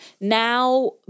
now